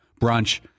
brunch